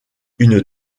une